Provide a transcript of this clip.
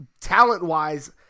talent-wise